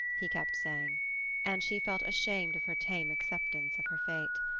he kept saying and she felt ashamed of her tame acceptance of her fate.